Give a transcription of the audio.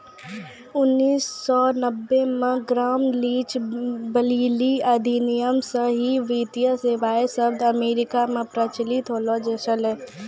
उन्नीस सौ नब्बे मे ग्राम लीच ब्लीली अधिनियम से ही वित्तीय सेबाएँ शब्द अमेरिका मे प्रचलित होलो छलै